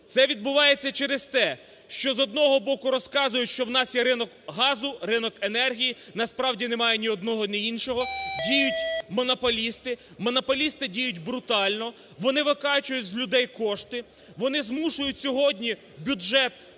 Це відбувається через те, що, з одного боку, розказують, що у нас є ринок газу, ринок енергії. Насправді немає ні одного ні іншого. Діють монополісти. Монополісти діють брутально, вони викачують з людей кошти, вони змушують сьогодні бюджет